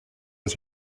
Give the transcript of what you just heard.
his